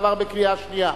עברה בקריאה שנייה.